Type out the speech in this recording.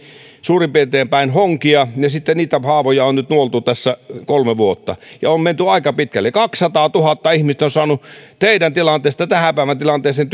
suurin piirtein päin honkia ja niitä haavoja on nyt nuoltu tässä kolme vuotta ja on menty aika pitkälle kaksisataatuhatta ihmistä on saanut teidän tilanteesta tähän päivän tilanteeseen